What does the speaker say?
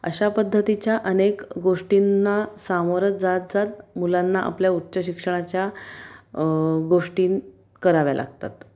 अशा पद्धतीच्या अनेक गोष्टींना सामोरं जात जात मुलांना आपल्या उच्च शिक्षणाच्या गोष्टी कराव्या लागतात